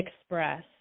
express